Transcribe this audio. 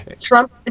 Trump